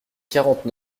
quarante